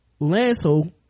lancel